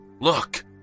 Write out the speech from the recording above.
Look